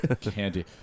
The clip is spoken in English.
candy